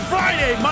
Friday